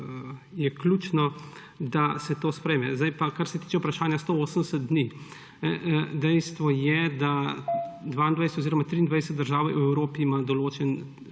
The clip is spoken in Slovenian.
je ključno, da se to sprejme. Zdaj pa kar se tiče vprašanja 180 dni. Dejstvo je, da 22 oziroma 23 držav v Evropi ima določeno